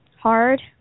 hard